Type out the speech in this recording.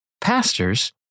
Pastors